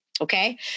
Okay